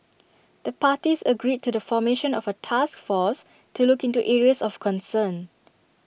the parties agreed to the formation of A task force to look into areas of concern